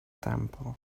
temple